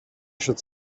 should